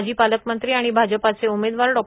माजी पालकमंत्री आणि भाजपचे उमेदवार डॉ